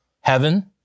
heaven